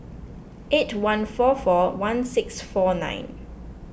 eight one four four one six four nine